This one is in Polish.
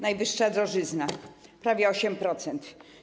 Najwyższa drożyzna - prawie 8%.